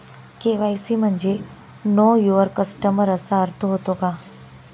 KYC म्हणजे know your customer असा अर्थ होतो का?